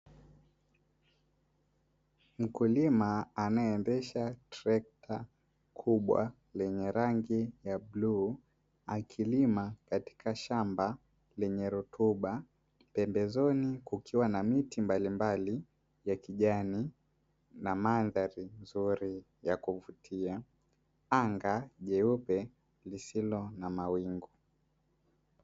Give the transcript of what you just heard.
Mkulima anayeendesha trekta kubwa lenye rangi ya bluu akilima katika shamba lenye rutuba pembezoni kukiwa na miti mbalimbali ya kijani na mandhari nzuri ya kuvutia, anga jeupe lisilo na mawingu.